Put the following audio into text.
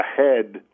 ahead